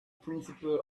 principle